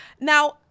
Now